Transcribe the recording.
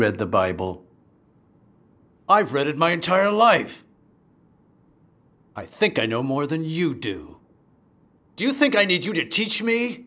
read the bible i've read it my entire life i think i know more than you do do you think i need you to teach me